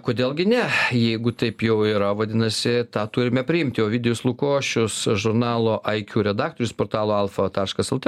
kodėl gi ne jeigu taip jau yra vadinasi tą turime priimti ovidijus lukošius žurnalo iq redaktorius portalo alfa taškas lt